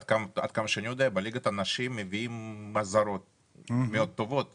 עד כמה שאני יודע בליגת הנשים מביאים זרות מאוד טובות